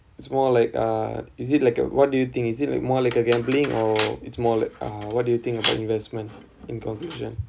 it's more like uh is it like uh what do you think is it like more like a gambling or it's more like uh what do you think about investment in conclusion